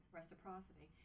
reciprocity